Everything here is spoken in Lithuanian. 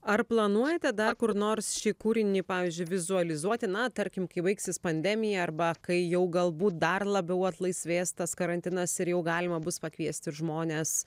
ar planuojate dar kur nors šį kūrinį pavyzdžiui vizualizuoti na tarkim kai baigsis pandemija arba kai jau galbūt dar labiau atlaisvės tas karantinas ir jau galima bus pakviesti žmones